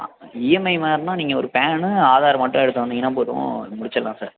ஆ EMI மாதிரின்னா நீங்கள் ஒரு பான்னு ஆதார் மட்டும் எடுத்து வந்தீங்கன்னா போதும் முடிச்சிடலாம் சார்